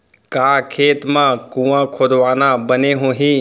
का खेत मा कुंआ खोदवाना बने होही?